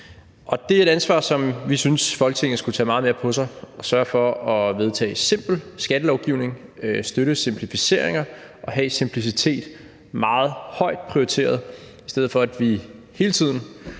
Det er et ansvar, som vi synes Folketinget skulle tage meget mere på sig ved at sørge for at vedtage simpel skattelovgivningen, støtte simplificeringer og have simplicitet meget højt prioriteret, i stedet for at vi hele tiden,